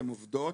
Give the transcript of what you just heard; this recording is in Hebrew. הן עובדות.